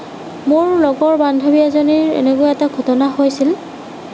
মোৰ লগৰ বান্ধৱী এজনীৰ এনেকুৱা এটা ঘটনা হৈছিল